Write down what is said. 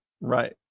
Right